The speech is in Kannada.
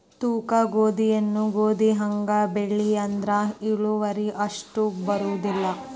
ತೊಕ್ಕಗೋಧಿನೂ ಗೋಧಿಹಂಗ ಬೆಳಿ ಆದ್ರ ಇಳುವರಿ ಅಷ್ಟ ಬರುದಿಲ್ಲಾ